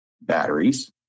batteries